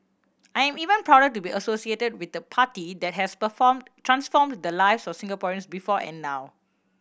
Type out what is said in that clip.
I am even prouder to be associated with the party that has performed transformed the lives of Singaporeans before and now